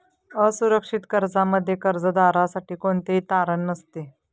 असुरक्षित कर्जामध्ये कर्जदारासाठी कोणतेही तारण नसते